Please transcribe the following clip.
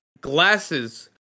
glasses